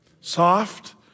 Soft